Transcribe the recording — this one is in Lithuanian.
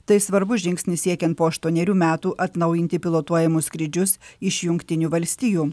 tai svarbus žingsnis siekiant po aštuonerių metų atnaujinti pilotuojamus skrydžius iš jungtinių valstijų